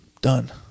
Done